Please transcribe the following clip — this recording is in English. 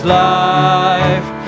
life